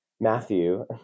Matthew